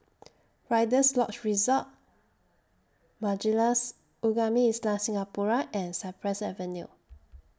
Rider's Lodge Resort Majlis Ugama Islam Singapura and Cypress Avenue